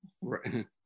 right